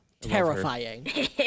terrifying